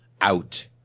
out